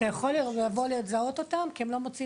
נשמע